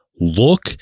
Look